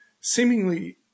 seemingly